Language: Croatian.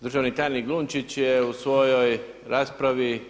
Državni tajnik Glunčić je u svojoj raspravi…